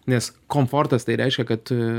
nes komfortas tai reiškia kad